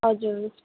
हजुर